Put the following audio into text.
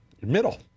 Middle